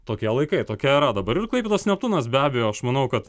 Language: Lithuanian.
tokie laikai tokia era dabar ir klaipėdos neptūnas be abejo aš manau kad